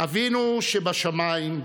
"אבינו שבשמיים,